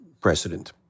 precedent